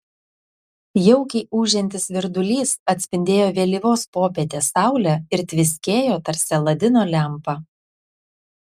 jaukiai ūžiantis virdulys atspindėjo vėlyvos popietės saulę ir tviskėjo tarsi aladino lempa